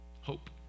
hope